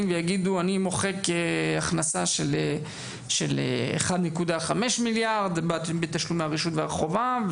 ויגידו אני מוחק הכנסה של 1.5 מיליארד בתשלומי הרשות והחובה,